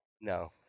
No